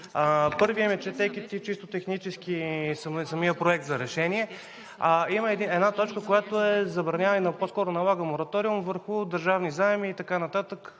Първият е, четейки чисто технически самия Проект за решение, има една точка, която забранява, но по-скоро налага мораториум върху държавни заеми и така нататък